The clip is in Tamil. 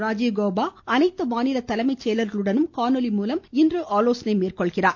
ராஜீவ் கவுபா அனைத்து மாநில தலைமை செயலாளர்களுடன் காணொலி மூலம் இன்று ஆலோசனை மேற்கொள்கிறார்